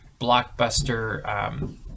blockbuster